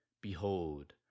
Behold